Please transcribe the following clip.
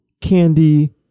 candy